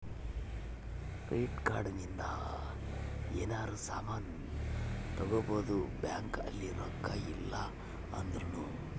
credit card ಇಂದ ಯೆನರ ಸಾಮನ್ ತಗೊಬೊದು ಬ್ಯಾಂಕ್ ಅಲ್ಲಿ ರೊಕ್ಕ ಇಲ್ಲ ಅಂದೃನು